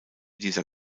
dieser